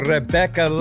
Rebecca